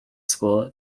school